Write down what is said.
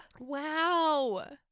Wow